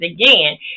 again